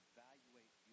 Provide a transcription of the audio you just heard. Evaluate